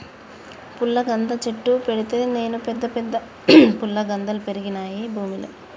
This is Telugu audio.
పుల్లగంద చెట్టు పెడితే నేను పెద్ద పెద్ద ఫుల్లగందల్ పెరిగినాయి భూమిలో